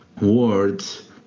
words